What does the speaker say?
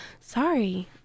Sorry